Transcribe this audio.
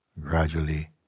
Gradually